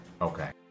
Okay